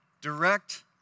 direct